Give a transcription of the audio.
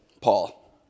Paul